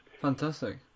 Fantastic